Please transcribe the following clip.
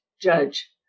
judge